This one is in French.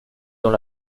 dans